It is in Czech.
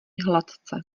hladce